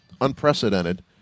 unprecedented